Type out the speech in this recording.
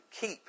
keep